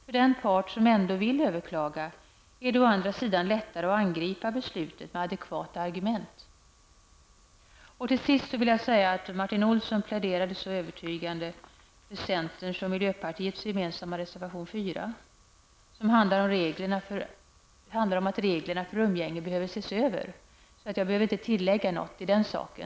För den part som ändå vill överklaga är det å andra sidan lättare att angripa beslutet med adekvata argument. Till sist vill jag säga att Martin Olsson pläderade så övertygande för centerns och miljöpartiets gemensamma reservation nr 4, som handlar om att reglerna för umgänge behöver ses över, att jag inte behöver tillägga något i den saken.